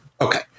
okay